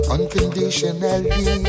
Unconditionally